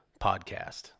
Podcast